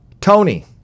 Tony